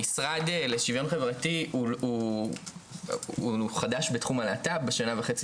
המשרד לשיווין חברתי הוא חדש בתחום הלהט"ב בשנה וחצי